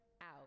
out